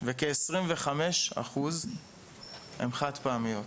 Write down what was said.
וכ-25% הן חד-פעמיות.